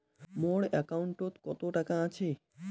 মোর একাউন্টত কত টাকা আছে?